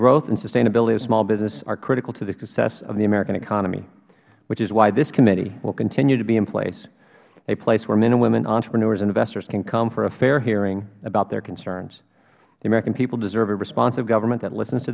growth and sustainability of small business are critical to the success of the american economy which is why this committee will continue to be in place a place where men and women entrepreneurs and investors can come for a fair hearing about their concerns the american people deserve a responsive government that listens to